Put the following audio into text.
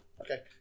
Okay